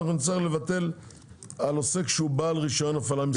נצטרך לתקן את עוסק שהוא בעל רישיון הפעלה בישראל.